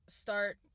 start